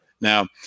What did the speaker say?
Now